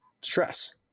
stress